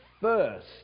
first